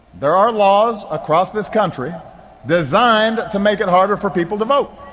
there are laws across this country designed to make it harder for people to vote.